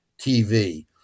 TV